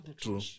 true